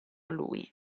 lui